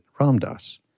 Ramdas